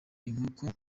inkoko